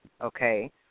okay